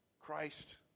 Christ